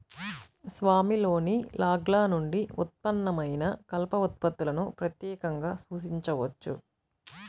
స్వామిలోని లాగ్ల నుండి ఉత్పన్నమైన కలప ఉత్పత్తులను ప్రత్యేకంగా సూచించవచ్చు